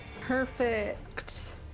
Perfect